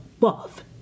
love